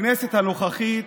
לכנסת הנוכחית